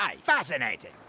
Fascinating